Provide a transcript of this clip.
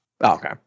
Okay